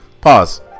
pause